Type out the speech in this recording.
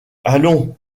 allons